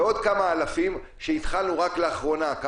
ועוד כמה אלפים שהתחלנו רק לאחרונה,